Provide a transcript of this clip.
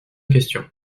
question